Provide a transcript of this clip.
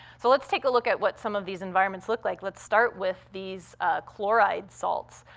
so let's take a look at what some of these environments look like. let's start with these chloride salts.